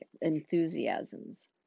enthusiasms